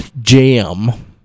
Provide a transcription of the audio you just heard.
Jam